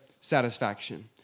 satisfaction